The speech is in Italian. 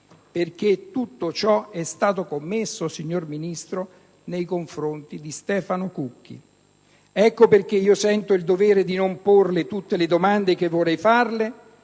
corso. Tutto ciò è stato commesso, signor Ministro, nei confronti di Stefano Cucchi: ecco perché sento il dovere di non porle tutte le domande che vorrei,